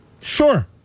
Sure